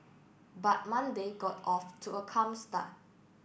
but Monday got off to a calm start